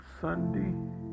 Sunday